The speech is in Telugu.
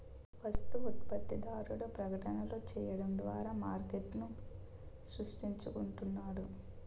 వస్తు ఉత్పత్తిదారుడు ప్రకటనలు చేయడం ద్వారా మార్కెట్ను సృష్టించుకుంటున్నాడు